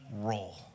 role